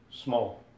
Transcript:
Small